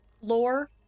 lore